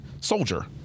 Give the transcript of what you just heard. soldier